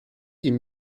ihm